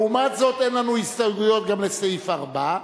לעומת זאת אין לנו הסתייגויות גם לסעיף 4,